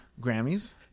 Grammys